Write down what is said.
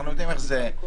אנחנו יודעים איך זה.